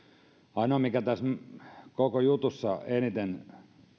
ainoa mikä tässä koko jutussa eniten